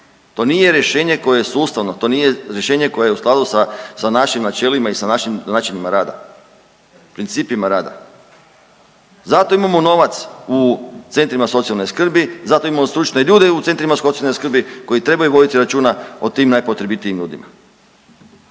to nije rješenje koje je sustavno, to nije rješenje koje je u skladu sa našim načelima i sa našim načinima rada, principima rada. Zato imamo novac u centrima socijalne skrbi, zato imamo stručne ljude u centrima socijalne skrbi koji trebaju voditi računa o tim najpotrebitijim ljudima.